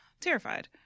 Terrified